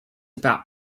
about